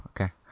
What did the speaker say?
okay